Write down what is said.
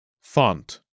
Font